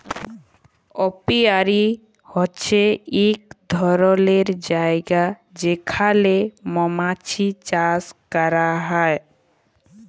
apiary হছে ইক ধরলের জায়গা যেখালে মমাছি চাষ ক্যরা হ্যয়